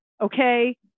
okay